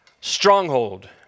stronghold